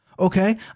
Okay